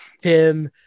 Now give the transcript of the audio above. Tim